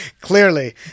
Clearly